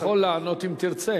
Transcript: אתה יכול לענות, אם תרצה.